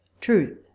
Truth